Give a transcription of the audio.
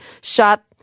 shot